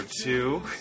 two